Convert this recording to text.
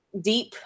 deep